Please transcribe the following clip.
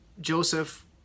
Joseph